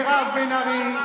מירב בן ארי,